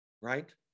right